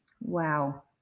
Wow